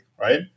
right